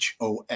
HOF